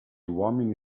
uomini